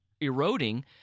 eroding